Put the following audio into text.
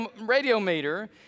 Radiometer